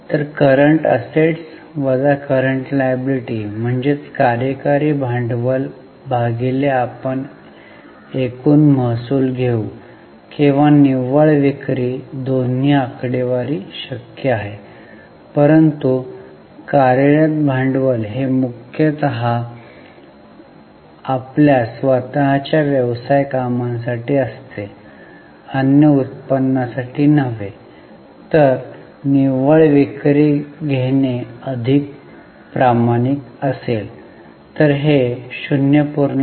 तर सीए वजा सीएल म्हणजेच कार्यकारी भांडवल भागिले आपण एकूण महसूल घेऊ किंवा निव्वळ विक्री दोन्ही आकडेवारी शक्य आहे परंतु कार्यरत भांडवल हे मुख्यतः आपल्या स्वतःच्या व्यवसाय कामांसाठी असते अन्य उत्पन्नासाठी नव्हे तर निव्वळ विक्री घेणे अधिक प्रमाणिक असेल तर हे 0